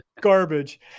garbage